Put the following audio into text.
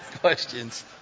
questions